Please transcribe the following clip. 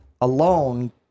alone